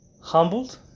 Humbled